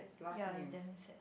ya it's damn sad